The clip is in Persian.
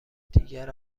دیگر